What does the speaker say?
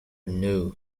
knew